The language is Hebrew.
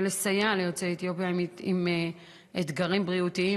לסייע ליוצאי אתיופיה עם אתגרים בריאותיים.